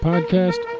Podcast